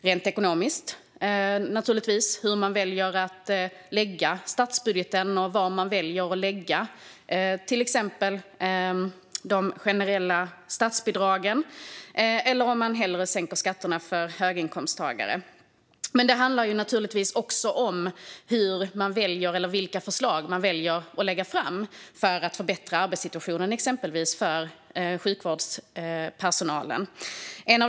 Rent ekonomiskt handlar det naturligtvis om hur man väljer att lägga upp statsbudgeten och om var man väljer att lägga till exempel de generella statsbidragen. Man kanske hellre sänker skatterna för höginkomsttagare. Men det handlar naturligtvis också om vilka förslag man väljer att lägga fram för att förbättra exempelvis arbetssituationen för sjukvårdspersonalen.